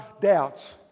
doubts